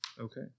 Okay